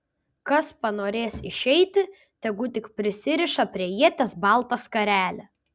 kas panorės išeiti tegu tik prisiriša prie ieties baltą skarelę